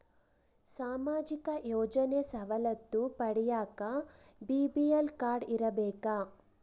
ಸಾಮಾಜಿಕ ಯೋಜನೆ ಸವಲತ್ತು ಪಡಿಯಾಕ ಬಿ.ಪಿ.ಎಲ್ ಕಾಡ್೯ ಇರಬೇಕಾ?